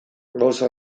gauza